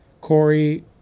Corey